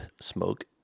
smoke